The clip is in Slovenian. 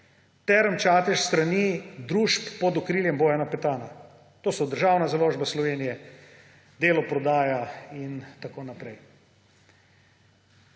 Term Čatež s strani družb pod okriljem Bojana Petana. To so Državna založba Slovenije, Delo prodaja in tako naprej.